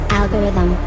algorithm